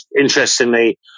interestingly